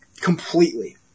completely